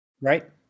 Right